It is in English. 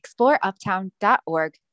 exploreuptown.org